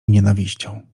nienawiścią